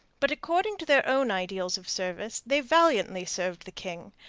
but according to their own ideals of service they valiantly served the king,